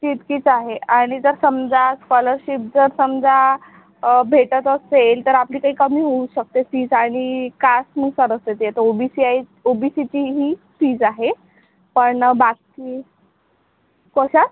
तितकीच आहे आणि जर समजा स्कॉलरशिप जर समजा भेटत असेल तर आपली काही कमी होऊ शकते फीस आणि कास्टनुसार असते ते तर ओ बी सी आहे ओ बी सीची ही फीज आहे पण बाकी कशा